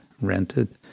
rented